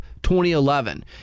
2011